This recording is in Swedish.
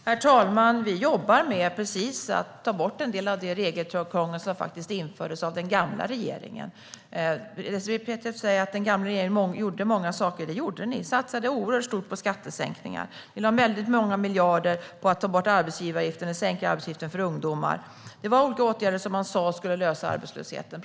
Herr talman! Vi jobbar med att ta bort en del av det regelkrångel som infördes av den gamla regeringen. Désirée Pethrus säger att den gamla regeringen gjorde många saker. Det gjorde den. Man satsade oerhört stort på skattesänkningar, och man lade väldigt många miljarder på att sänka arbetsgivaravgiften för ungdomar. Det var olika åtgärder som man sa skulle lösa arbetslösheten.